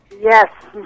Yes